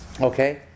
okay